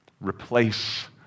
replace